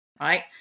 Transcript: Right